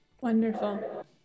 Wonderful